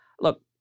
look